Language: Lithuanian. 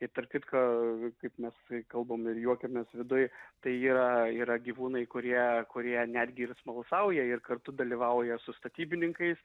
ir tarp kitko kaip mes kalbam ir juokiamės viduj tai yra yra gyvūnai kurie kurie netgi ir smalsauja ir kartu dalyvauja su statybininkais